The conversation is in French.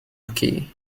bouquet